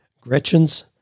Gretchen's